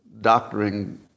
doctoring